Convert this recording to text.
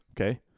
Okay